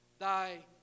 Thy